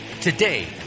Today